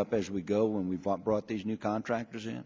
it up as we go when we bought brought these new contractors in